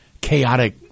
chaotic